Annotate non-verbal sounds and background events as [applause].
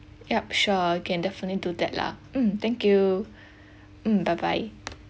yup sure can definitely do that lah mm thank you [breath] mm bye bye